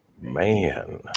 man